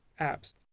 apps